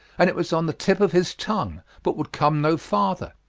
and it was on the tip of his tongue, but would come no farther.